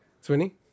Swinny